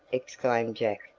exclaimed jack,